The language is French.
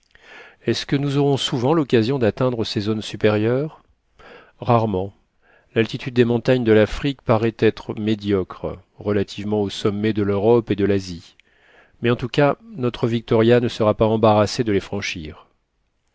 est-ce que nous aurons souvent l'occasion d'atteindre ces zones supérieures rarement l'altitude des montagnes de l'afrique parait être médiocre relativement aux sommets de l'europe et de lasie mais en tout cas notre victoria ne serait pas embarrassé de les franchir